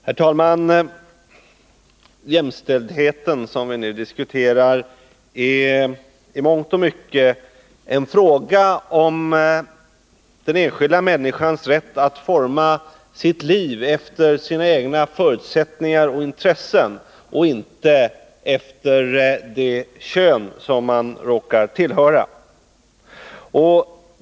Herr talman! Jämställdheten, som vi nu diskuterar, är i mångt och mycket en fråga om den enskilda människans rätt att forma sitt liv efter sina egna förutsättningar och intressen och inte efter det kön som man råkar tillhöra.